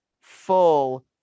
full